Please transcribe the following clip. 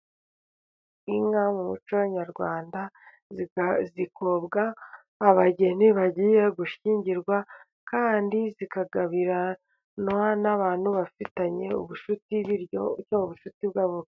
Inka mu muco nyarwanda zikobwa abageni bagiye gushyingirwa, kandi zikagabiranwa n'abantu bafitanye ubucuti, bityo ubucuti bwabo...